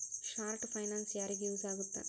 short finance ಯಾರಿಗ use ಆಗತ್ತಾ